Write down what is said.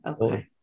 okay